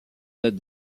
date